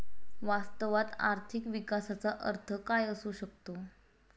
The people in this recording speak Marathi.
वास्तवात आर्थिक विकासाचा अर्थ काय असू शकतो?